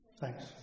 Thanks